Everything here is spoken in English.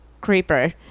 Creeper